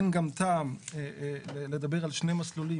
אין גם טעם לדבר על שני מסלולים,